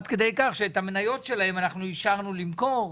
עד כדי כך שאת המניות שלהם אישרנו למכור.